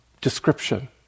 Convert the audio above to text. description